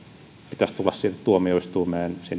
pitäisi tulla tuomioistuimeen